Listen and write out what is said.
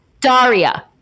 Daria